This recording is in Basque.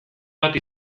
bat